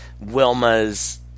Wilma's